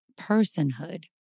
personhood